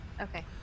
Okay